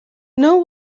know